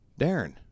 Darren